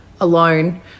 alone